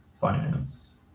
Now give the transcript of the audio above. finance